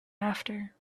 after